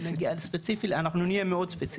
אנחנו נהיה מאוד ספציפיים,